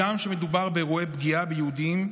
הגם שמדובר באירועי פגיעה ביהודים,